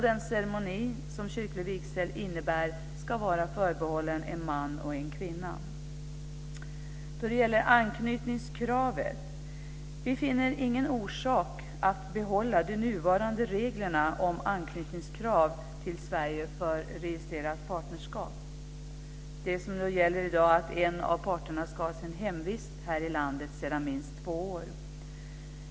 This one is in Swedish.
Den ceremoni som kyrklig vigsel innebär ska vara förbehållen en man och en kvinna. Jag vill säga något om anknytningskravet. Vi finner ingen orsak att behålla de nuvarande reglerna om krav på anknytning till Sverige för registrerat partnerskap. I dag gäller att en av parterna ska ha sitt hemvist här i landet sedan minst två år.